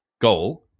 goal